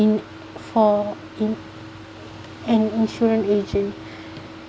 in~ for in~ an insurance agent